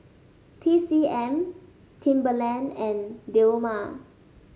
T C M Timberland and Dilmah